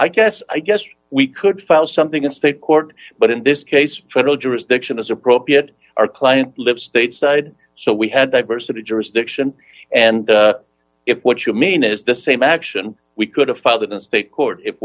i guess i guess we could file something in state court but in this case federal jurisdiction is appropriate our client lives stateside so we had diversity jurisdiction and if what you mean is the same action we could have filed it in state court if